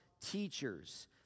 teachers